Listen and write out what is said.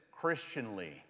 Christianly